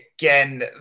again